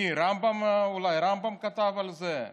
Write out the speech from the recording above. מי, אולי הרמב"ם כתב על זה?